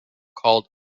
called